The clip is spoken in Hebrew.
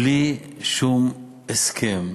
בלי שום הסכם,